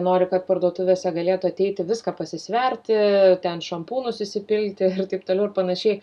nori kad parduotuvėse galėtų ateiti viską pasisverti ten šampūnus įsipilti ir taip toliau ir panašiai